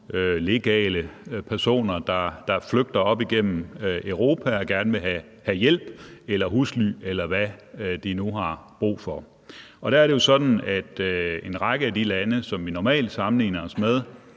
legale personer, der flygter op igennem Europa og gerne vil have hjælp eller husly, eller hvad de nu har brug for. Der er det sådan, at en række af de lande, som vi normalt sammenligner os med,